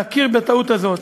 להכיר בטעות הזאת